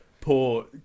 poor